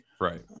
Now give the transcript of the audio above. Right